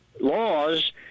laws